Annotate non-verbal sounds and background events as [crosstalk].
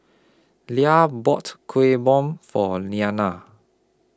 Lia bought Kuih Bom For [unintelligible]